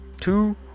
Two